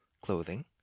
clothing